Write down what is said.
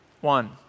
One